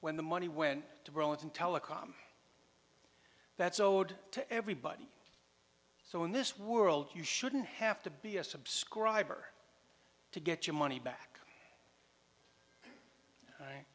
when the money went to burlington telecom that's owed to everybody so in this world you shouldn't have to be a subscriber to get your money back